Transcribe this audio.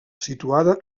situada